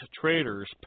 traders